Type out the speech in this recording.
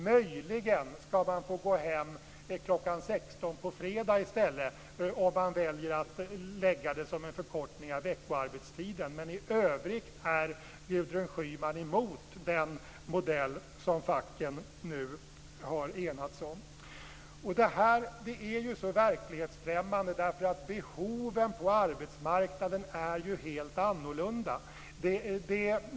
Möjligen ska man få gå hem kl. 16 på fredagen, om man väljer att lägga det som en förkortning av veckoarbetstiden. I övrigt är Gudrun Schyman emot den modell som facken har enats om. Det är verklighetsfrämmande, därför att behoven på arbetsmarknaden är delvis annorlunda.